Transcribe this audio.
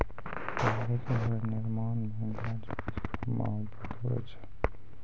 कागज रो निर्माण मे गाछ वृक्ष रो महत्ब हुवै छै